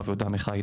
הרב יהודה עמיחי,